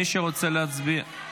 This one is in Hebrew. מי שרוצה להצביע,